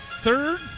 third